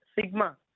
Sigma